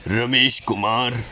Ramesh Kumar